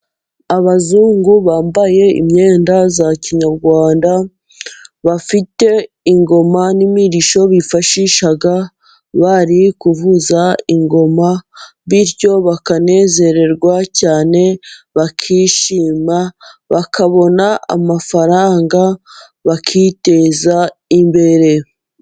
Abazungu bambaye imyenda za kinyarwanda bafite ingoma n'imirishyo bifashisha bari kuvuza ingoma, bityo bakanezererwa cyane bakishima, bakabona amafaranga bakiteza imbere.